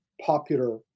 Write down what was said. popular